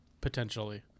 potentially